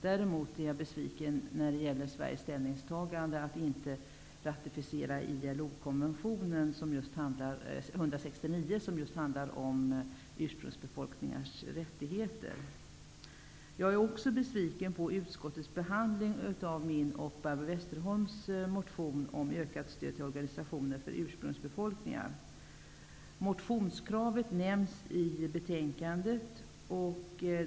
Jag är däremot besviken över att Sverige inte har ratificerat ILO-konvention 169, som just handlar om ursprungsbefolkningars rättigheter. Jag är också besviken över utskottets behandling av min och Barbro Westerholms motion om ökat stöd till organisationer för ursprungsbefolkningar. Motionskravet nämns i betänkandet.